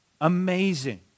Amazing